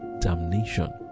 damnation